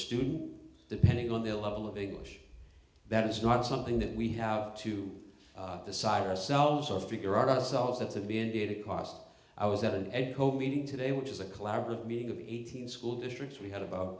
student depending on their level of english that is not something that we have to decide ourselves of figure out ourselves that's a be indeed a cost i was at an echo meeting today which is a collaborative meeting of eighteen school districts we had about